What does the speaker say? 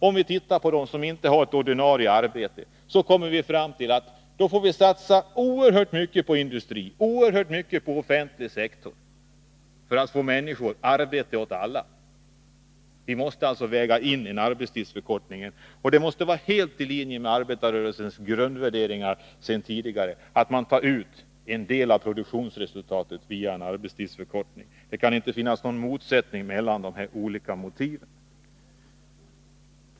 Om vi tänker på dem som inte har ordinarie arbete, kommer vi fram till att vi får satsa oerhört mycket på industri och oerhört mycket på offentlig sektor för att skapa arbete åt alla. Vi måste alltså väga in en arbetstidsförkortning. Det måste vara helt i linje med arbetarrörelsens grundvärderingar sedan tidigare att ta ut en del av produktionsresultatet via en arbetstidsförkortning. Det kan inte finnas någon motsättning mellan de här olika motiven.